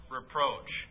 reproach